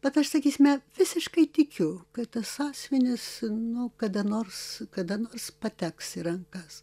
bet aš sakysime visiškai tikiu kad tas sąsiuvinis nu kada nors kada nors pateks į rankas